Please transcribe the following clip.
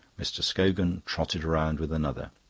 mr. scogan trotted round with another.